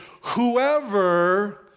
whoever